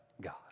God